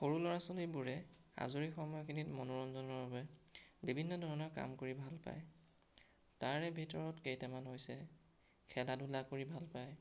সৰু ল'ৰা ছোৱালীবোৰে আজৰি সময়খিনিত মনোৰঞ্জনৰ বাবে বিভিন্ন ধৰণৰ কাম কৰি ভাল পায় তাৰে ভিতৰত কেইটামান হৈছে খেলা ধূলা কৰি ভাল পায়